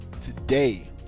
today